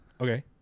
Okay